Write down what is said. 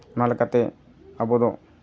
ᱱᱚᱣᱟ ᱞᱮᱠᱟᱛᱮ ᱟᱵᱚ ᱫᱚ